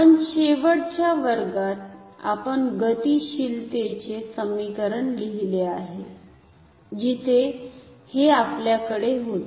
आपल्या शेवटच्या वर्गात आपण गतीशीलतेचे समीकरण लिहिले आहे जिथे हे आपल्याकडे होते